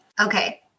Okay